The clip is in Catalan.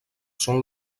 són